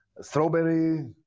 strawberry